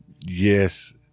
Yes